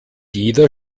jeder